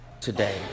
today